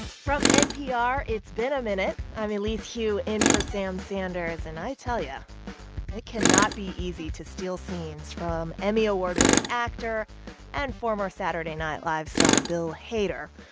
npr, it's been a minute. i'm elise hu in for sam sanders. and i tell you it cannot be easy to steal scenes from emmy award-winning actor and former saturday night live star bill hader.